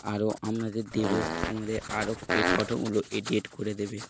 আরও আমাদের দেব আমাদের আরও এই ফটোগুলো এডিট করে দেবে